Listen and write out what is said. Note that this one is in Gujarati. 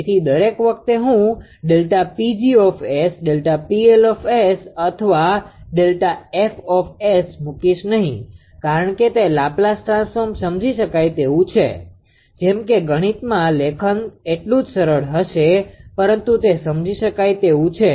તેથી દરેક વખતે હું ΔPg𝑠 ΔPL𝑠 અથવા Δf મુકીશ નહિ કારણ કે તે લાપ્લાઝ ટ્રાન્સફોર્મ સમજી શકાય તેવું છે જેમ કે ગણિતમાં લેખન એટલું જ સરળ હશે પરંતુ તે સમજી શકાય તેવું છે